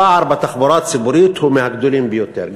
הפער בתחבורה הציבורית הוא מהגדולים ביותר.